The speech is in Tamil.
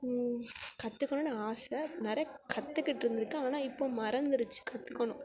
கற்றுக்கணுன்னு ஆசை நிறைய கற்றுக்கிட்டு இருந்திருக்கேன் ஆனால் இப்போது மறந்திடுச்சி கற்றுக்கணும்